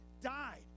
died